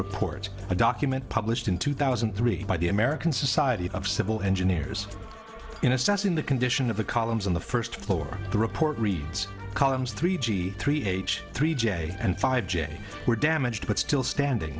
report a document published in two thousand and three by the american society of civil engineers in assessing the condition of the columns in the first floor the report reads columns three g three h three j and five jane were damaged but still standing